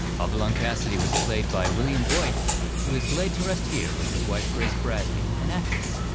hopalong cassidy was played by william boyd who is laid to rest here with his wife grace bradley, an actress,